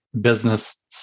business